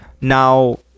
Now